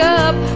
up